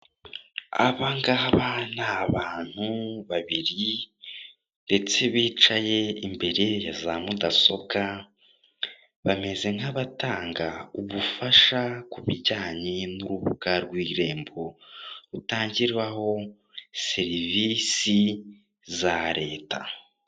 Abangaba ni abantu babiri ndetse bicaye imbere ya za mudasobwa, bameze nkabatanga ubufasha kubijyanye n'urubuga rw'irembo rutangirwaho serivise za leta.